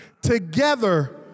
together